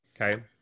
Okay